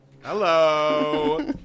Hello